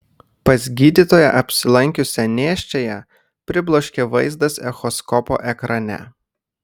pas gydytoją apsilankiusią nėščiąją pribloškė vaizdas echoskopo ekrane